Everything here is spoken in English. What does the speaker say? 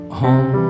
home